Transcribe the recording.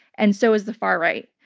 and so has the far right.